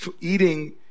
eating